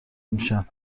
میشن